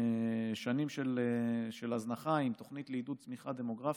שנים של הזנחה, עם תוכנית לעידוד צמיחה דמוגרפית.